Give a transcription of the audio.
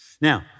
Now